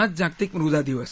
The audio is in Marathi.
आज जागतिक मृदा दिवस